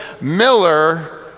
Miller